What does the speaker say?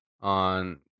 On